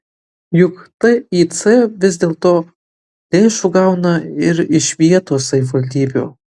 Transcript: juk tic vis dėlto lėšų gauna ir iš vietos savivaldybių